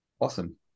awesome